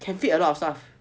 can fit a lot of stuff